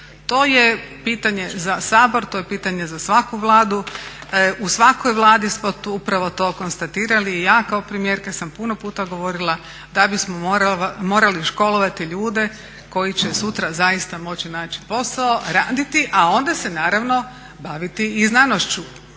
To je pitanje za Sabor, to je pitanje za svaku Vladu. U svakoj Vladi smo upravo to konstatirali i ja kao premijerka sam puno puta govorila da bismo morali školovati ljude koji će sutra zaista moći naći posao, raditi, a onda se naravno baviti i znanošću.